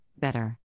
better